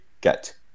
get